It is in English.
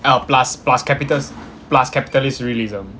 ah plus plus capitals plus capitalist realism